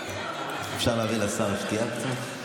אפשר להביא לשר קצת שתייה?